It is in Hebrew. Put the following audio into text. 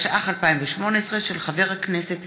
התשע"ח 2018, של חברי הכנסת